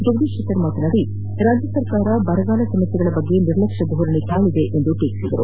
ಜಗದೀಶ್ ಶೆಟ್ಟರ್ ಮಾತನಾಡಿ ರಾಜ್ಯ ಸರ್ಕಾರ ಬರಗಾಲ ಸಮಸ್ಯೆಗಳ ಬಗ್ಗೆ ನಿರ್ಲಕ್ಷ್ನ ಧೋರಣೆ ತಾಳಿದೆ ಎಂದು ಟೀಕಿಸಿದರು